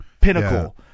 pinnacle